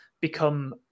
become